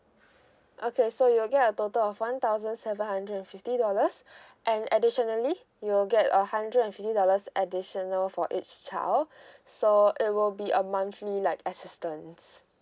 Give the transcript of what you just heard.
okay so you'll get a total of one thousand seven hundred and fifty dollars and additionally you will get a hundred and fifty dollars additional for each child so it will be a monthly like assistance